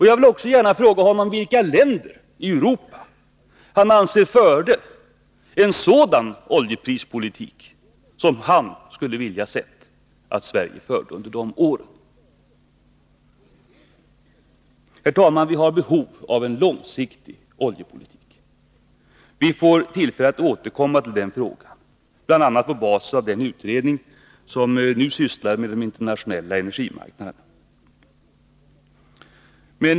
Jag vill också gärna fråga honom vilka länder i Europa han anser förde en sådan oljeprispolitik som han önskar att Sverige skulle ha fört under de åren. Herr talman! Vi har behov av en långsiktig oljepolitik. Vi får tillfälle att återkomma till den frågan, bl.a. på basis av den utredning som nu sysslar med de internationella energimarknaderna.